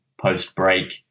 post-break